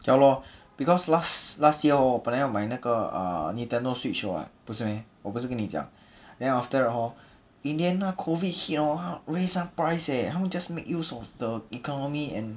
ya lor because last last year hor 我本来要买那个 uh Nintendo switch 的 [what] 不是 meh 我不是跟你讲 then after that hor in the end 那 COVID hit hor raise 他 price eh 他们 just make use of the economy and